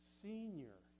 senior